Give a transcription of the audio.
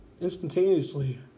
Instantaneously